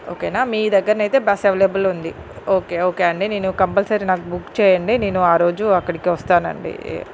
ఓకేనా మీ దగ్గరనైతే బస్సు అవైలబుల్ ఉంది ఓకే ఓకే అండి నేను కంపల్సరీ నాకు బుక్ చేయండి నేను ఆ రోజు అక్కడికి వస్తానండి